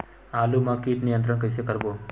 आलू मा कीट नियंत्रण कइसे करबो?